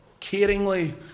Caringly